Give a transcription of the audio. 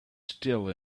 still